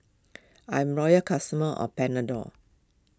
I'm loyal customer of Panadol